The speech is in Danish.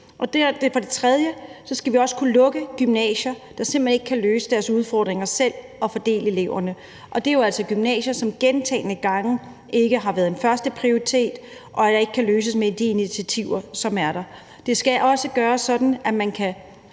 ude lokalt. Vi skal også kunne lukke gymnasier, der simpelt hen ikke kan løse deres udfordringer selv med at fordele eleverne, og det er jo altså gymnasier, som gentagne gange ikke har været en førsteprioritet, og hvor problemerne ikke kan løses med de initiativer, som er der. Det skal også gøres sådan, at man kan